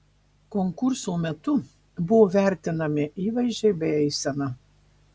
konkurso metu buvo vertinami įvaizdžiai bei eisena